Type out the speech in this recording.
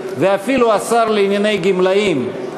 ואפילו השר לענייני גמלאים,